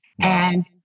And-